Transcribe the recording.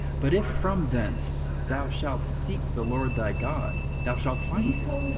but if from thence thou shalt seek the lord thy god, thou shalt find him,